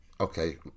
okay